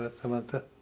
but samantha?